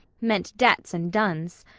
meant debts and duns.